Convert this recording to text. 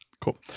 Cool